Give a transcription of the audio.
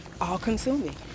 all-consuming